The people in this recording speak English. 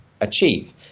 achieve